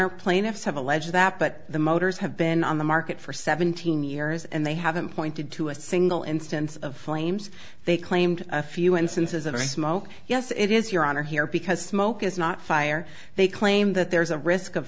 alleged that but the motors have been on the market for seventeen years and they haven't pointed to a single instance of flames they claimed a few instances of smoke yes it is your honor here because smoke is not fire they claim that there is a risk of